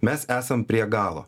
mes esam prie galo